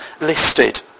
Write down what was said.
listed